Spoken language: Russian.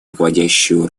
руководящую